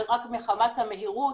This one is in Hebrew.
ורק מחמת המהירות,